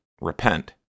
repent